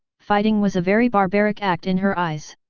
fighting was a very barbaric act in her eyes.